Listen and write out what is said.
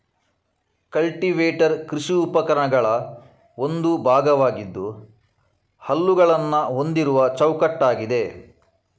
cultivator ಕೃಷಿ ಉಪಕರಣಗಳ ಒಂದು ಭಾಗವಾಗಿದ್ದು ಹಲ್ಲುಗಳನ್ನ ಹೊಂದಿರುವ ಚೌಕಟ್ಟಾಗಿದೆ